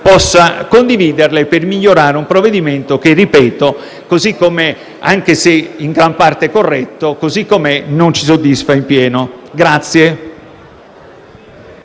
possa condividerle, per migliorare un provvedimento che - ripeto - anche se in gran parte corretto, così come è non ci soddisfa appieno. Era